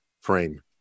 frame